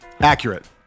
Accurate